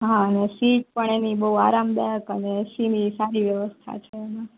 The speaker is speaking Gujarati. હા અને સીટ પણ એની બોઉ આરામદાયક અને એસીની સારી વ્યવસ્થા છે એમાં